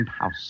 house